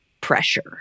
pressure